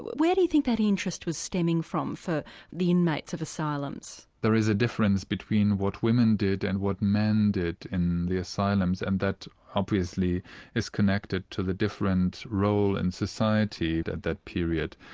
where do you think that interest was stemming from, for the inmates of asylums? there is a difference between what women did and what men did in the asylums, and that obviously is connected to the different role in and society at that period.